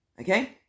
Okay